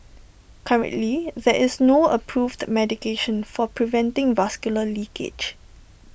currently there is no approved medication for preventing vascular leakage